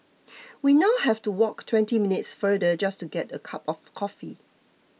we now have to walk twenty minutes farther just to get a cup of coffee